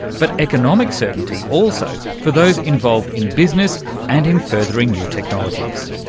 but economic certainty also for those involved in business and in furthering new technologies.